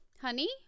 Honey